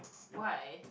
why